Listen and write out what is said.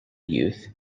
youth